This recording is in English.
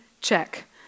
check